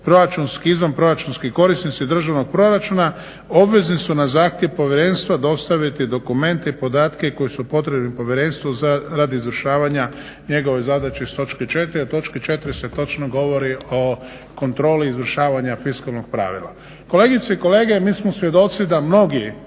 izvanproračunski korisnici državnog proračuna obvezni su na zahtjev povjerenstva dostaviti dokumente i podatke koji su potrebni povjerenstvu radi izvršavanja njegove zadaće iz točke 4., a u točki 4. se točno govori o kontroli izvršavanja fiskalnog pravila. Kolegice i kolege mi smo svjedoci da mnogi